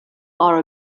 are